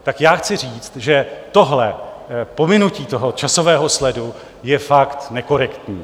Tak já chci říct, že tohle pominutí toho časového sledu je fakt nekorektní.